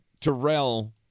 Terrell